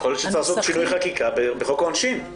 יכול להיות שצריך לעשות שינוי חקיקה בחוק העונשין.